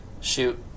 Shoot